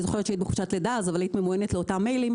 לאותם מיילים.